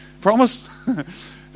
Promise